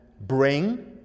bring